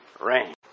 Rain